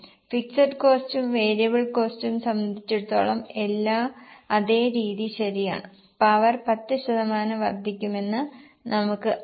fixed കോസ്റ്റും variable കോസ്റ്റും സംബന്ധിച്ചിടത്തോളം എല്ലാം അതേ രീതി ശരിയാണ് പവർ 10 ശതമാനം വർദ്ധിക്കുമെന്ന് നമുക്ക് പറയാം